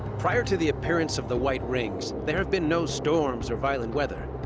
prior to the appearance of the white rings, there have been no storms or violent weather.